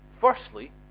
Firstly